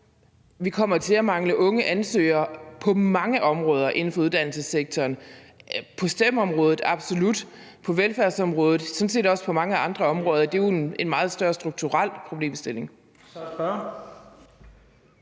jo kommer til at mangle unge ansøgere på mange områder inden for uddannelsessektoren – på STEM-området absolut, på velfærdsområdet og sådan set også på mange andre områder. Det er jo en meget større strukturel problemstilling.